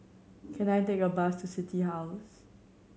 can I take a bus to City House